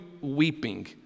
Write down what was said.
weeping